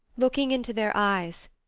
looking into their eyes,